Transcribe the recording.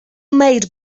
made